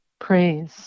praise